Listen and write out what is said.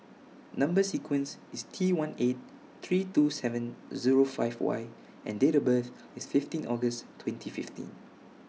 Number sequence IS T one eight three two seven Zero five Y and Date of birth IS fifteen August twenty fifteen